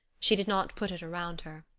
she did not put it around her.